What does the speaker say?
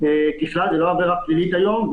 ככלל זו לא עבירה פלילית היום.